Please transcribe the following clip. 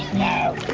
now